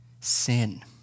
sin